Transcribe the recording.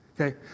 okay